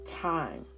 time